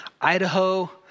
Idaho